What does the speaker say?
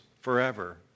forever